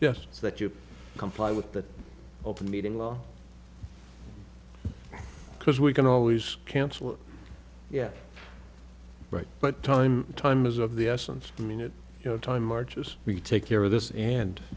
so that you comply with that open meeting law because we can always cancel yeah right but time time is of the essence i mean it you know time marches we take care of this and